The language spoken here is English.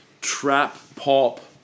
trap-pop